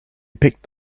picked